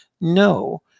no